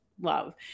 love